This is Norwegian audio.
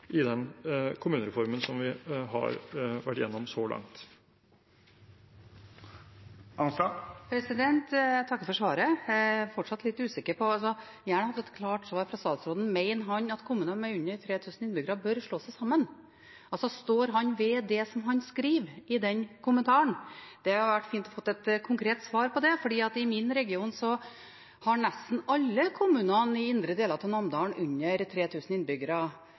i den kommunereformen vi har vært gjennom så langt. Jeg takker for svaret. Jeg er fortsatt litt usikker og skulle gjerne hatt et klart svar fra statsråden: Mener han at kommuner med under 3 000 innbyggere bør slå seg sammen? Altså, står han ved det som han skrev i den kommentaren? Det hadde vært fint å få et konkret svar på det, for i min region har nesten alle kommunene i indre deler av Namdalen under